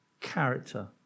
character